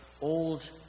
old